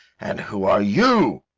and who are you?